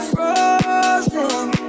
Frozen